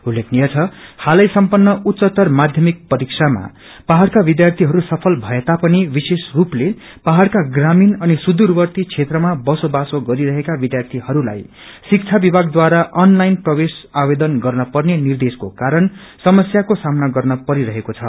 उल्लेखनीय छ हालै सम्पन्न उच्चतर माध्यमिकद परीक्षामा पहाड़का विध्यार्थीहरू सफल भएता पनि विशेष रूपले पहाड़का प्रामिण अनि सूदुरवर्ती क्षेत्रमा बसो बासो गरिरहेका विध्यार्थीहरूलाई शिक्षा विभागद्वारा अन लाइन प्रवेश आवेदन गर्न पर्ने निर्देशको कारण समस्याको सामना गर्न परि रहेको छ